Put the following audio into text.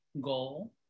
goal